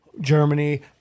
Germany